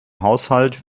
haushalt